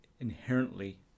inherently